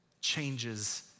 changes